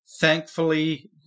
Thankfully